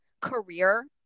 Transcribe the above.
career